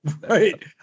Right